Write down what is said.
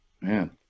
Man